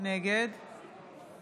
נגד